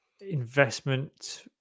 investment